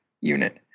unit